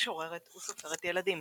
משוררת וסופרת-ילדים,